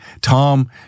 Tom